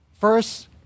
First